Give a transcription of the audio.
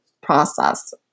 process